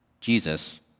Jesus